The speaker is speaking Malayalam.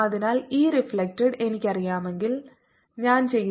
അതിനാൽ ഇ റിഫ്ലെക്ടഡ് എനിക്കറിയാമെങ്കിൽ ഞാൻ ചെയ്തു